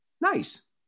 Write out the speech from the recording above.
Nice